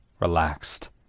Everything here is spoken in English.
relaxed